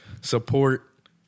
support